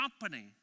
company